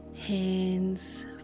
hands